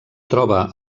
troba